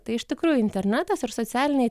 tai iš tikrųjų internetas ir socialiniai